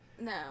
No